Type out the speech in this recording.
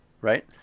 right